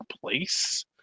place